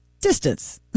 distance